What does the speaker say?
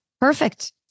Perfect